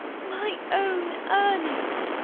my own ernest!